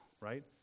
right